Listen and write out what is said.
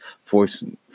forcing